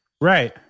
Right